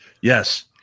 Yes